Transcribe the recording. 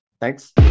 Thanks